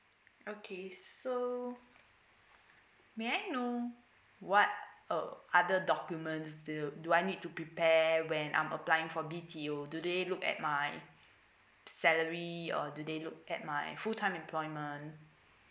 okay so may I know what uh other documents they do I need to prepare when I'm applying for B_T_O do they look at my salary or do they look at my full time employment